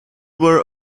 were